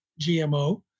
GMO